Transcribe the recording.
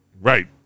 Right